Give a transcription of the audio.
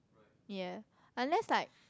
ya unless like